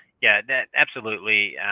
yeah, that absolutely.